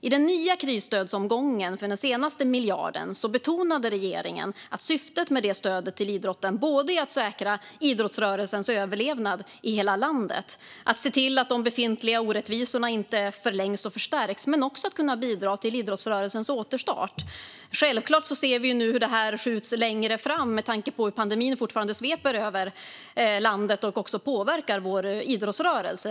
I den nya krisstödsomgången för den senaste miljarden betonade regeringen att syftet med stödet till idrotten är både att säkra idrottsrörelsens överlevnad i hela landet och att se till att de befintliga orättvisorna inte förlängs eller förstärks men också att bidra till idrottsrörelsens återstart. Självklart ser vi nu att detta skjuts längre fram eftersom pandemin fortfarande sveper över landet och påverkar också vår idrottsrörelse.